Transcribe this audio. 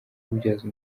kubyaza